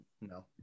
no